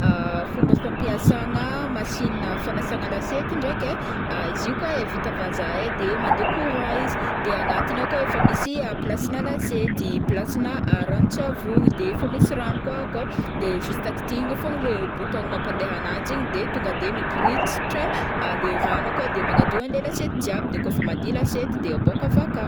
Fomba fampiasagna masinina fagnasana lasiety ndraiky ai, izy kô ai vita vazaha ai, de mande courant izy, de agnatigny akô ai misy plasena lasiety, placena ranontsavony de fa misy rano kôa akao de juste kitihina fôgna le bouton mampande ananjy igny de tonga miporitsitra le rano akao de manadio anle lasiety jiaby de kô fa madio lasiety de aboaka avy akô.